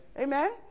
Amen